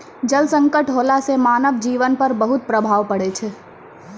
जल संकट होला सें मानव जीवन पर बहुत प्रभाव पड़ै छै